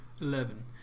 Eleven